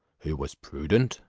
who was prudent,